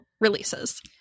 releases